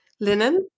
linen